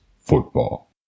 Football